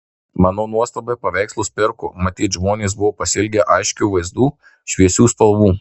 mano nuostabai paveikslus pirko matyt žmonės buvo pasiilgę aiškių vaizdų šviesių spalvų